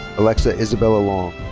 alexa isabelle long.